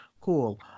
Cool